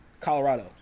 Colorado